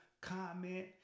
comment